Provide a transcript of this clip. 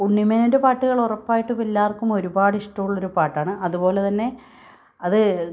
ഉണ്ണി മോനോന്റെ പാട്ടുകൾ ഉറപ്പായിട്ടും എല്ലാവര്ക്കും ഒരുപാട് ഇഷ്ടമുള്ള ഒരു പാട്ടാണ് അതുപോലെ തന്നെ അത്